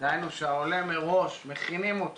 דהיינו שמכינים את